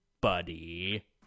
buddy